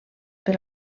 per